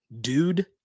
dude